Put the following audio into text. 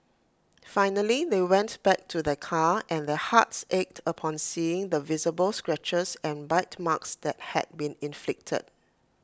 finally they went back to their car and their hearts ached upon seeing the visible scratches and bite marks that had been inflicted